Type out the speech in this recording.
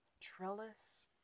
Trellis